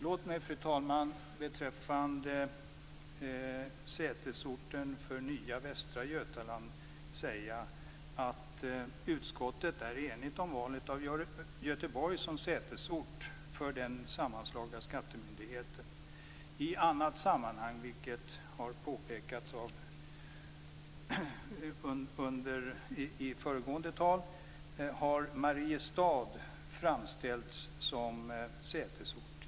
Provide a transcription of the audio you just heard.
Låt mig, fru talman, beträffande sätesort för nya Västra Götalands län säga att utskottet är enigt om valet av Göteborg som sätesort för den sammanslagna skattemyndigheten. I annat sammanhang, vilket har påpekats i föregående tal, har Mariestad framställts som sätesort.